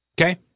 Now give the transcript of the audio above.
okay